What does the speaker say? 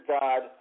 God